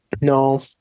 No